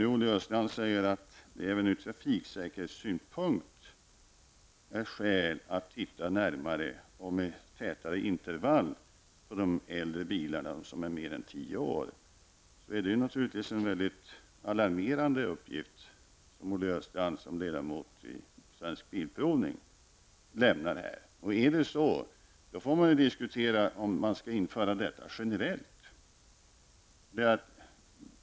Olle Östrand säger nu att det även från trafiksäkerhetssynpunkt finns skäl att titta närmare och med tätare intervaller på bilar som är mer än tio år gamla. Det är naturligtvis en mycket alarmerande uppgift från Olle Östrand, som är ledamot av Svensk Bilprovnings styrelse. Är det så, som Olle Östrand påstår, får man diskutera om man skall införa detta generellt.